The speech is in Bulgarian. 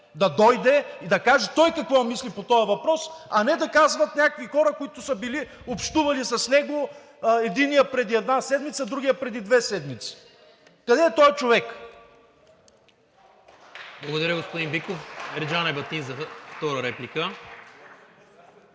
да дойде и да каже той какво мисли по този въпрос, а не да казват някакви хора, които си били общували с него – единият преди една седмица, другият преди две седмици. Къде е този човек? ПРЕДСЕДАТЕЛ НИКОЛА МИНЧЕВ: Благодаря, господин Биков. Ерджан Ебатин за втора реплика.